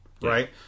right